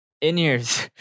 In-ears